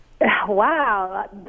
Wow